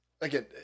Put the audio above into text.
Again